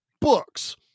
books